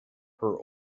her